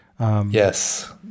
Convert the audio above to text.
Yes